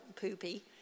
poopy